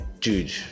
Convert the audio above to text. dude